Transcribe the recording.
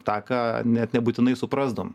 tą ką net nebūtinai suprasdavom